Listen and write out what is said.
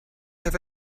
have